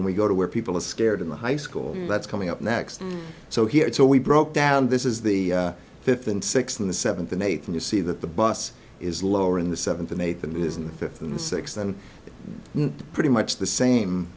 when we go to where people are scared in the high school that's coming up next so here so we broke down this is the fifth and sixth on the seventh and eighth and you see that the bus is lower in the seventh and eighth than it is in the fifth and sixth and pretty much the same